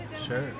Sure